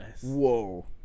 whoa